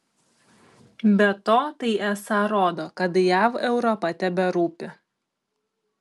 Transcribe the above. be to tai esą rodo kad jav europa teberūpi